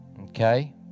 Okay